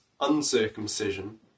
uncircumcision